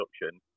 production